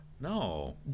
no